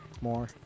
more